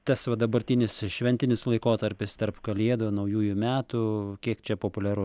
tas va dabartinis šventinis laikotarpis tarp kalėdų naujųjų metų kiek čia populiaru